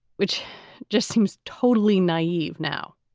which just seems totally naive. now,